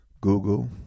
Google